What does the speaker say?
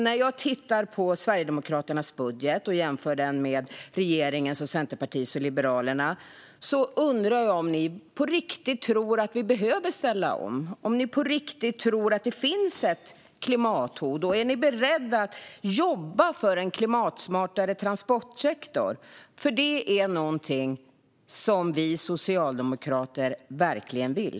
När jag tittar på Sverigedemokraternas budget och jämför den med regeringens och Centerpartiets och Liberalernas undrar jag om ni på riktigt tror att vi behöver ställa om och om ni på riktigt tror att det finns ett klimathot. Är ni beredda att jobba för en klimatsmartare transportsektor? Det är något som vi socialdemokrater verkligen vill.